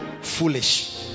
foolish